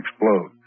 explode